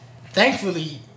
thankfully